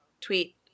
tweet